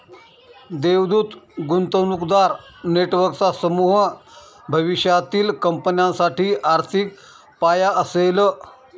देवदूत गुंतवणूकदार नेटवर्कचा समूह भविष्यातील कंपन्यांसाठी आर्थिक पाया असेल